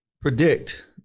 predict